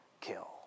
kill